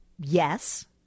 Yes